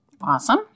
Awesome